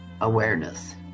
awareness